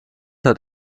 hat